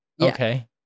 Okay